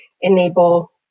enable